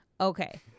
okay